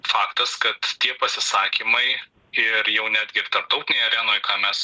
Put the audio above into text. faktas kad tie pasisakymai ir jau netgi ir tarptautinėj arenoj ką mes